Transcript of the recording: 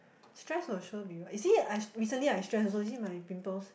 stress will sure be what you see I str~ recently I stress also you see my pimples